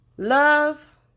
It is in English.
Love